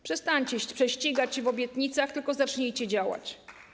Przestańcie prześcigać się w obietnicach, tylko zacznijcie działać.